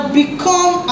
become